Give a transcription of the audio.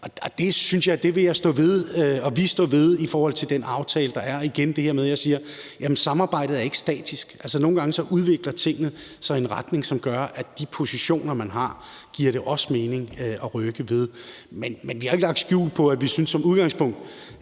Det vil jeg og vi stå ved i forhold til den aftale, der er. Igen vil jeg sige, at samarbejdet ikke er statisk. Altså, nogle gange udvikler tingene sig i en retning, som gør, at de positioner, man har, giver det mening at rykke ved. Men vi har jo ikke lagt skjul på, at vi som udgangspunkt